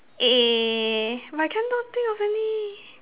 eh but I cannot think of any